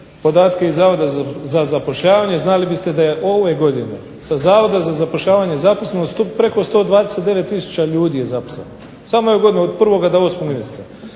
podatke iz Zavoda za zapošljavanje znali biste da je ove godine sa Zavoda za zapošljavanje zaposleno preko 129 tisuća ljudi je zaposleno, samo ovu godinu od 1. do 8. mjeseca.